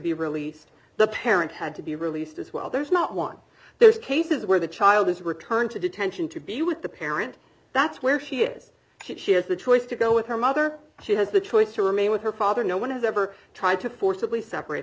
be released the parent had to be released as well there's not one there's cases where the child is returned to detention to be with the parent that's where she is that she has the choice to go with her mother she has the choice to remain with her father no one has ever tried to forc